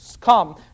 come